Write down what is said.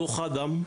דוח אדם,